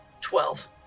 Twelve